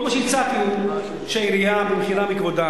כל מה שהצעתי הוא שהעירייה, במחילה מכבודה,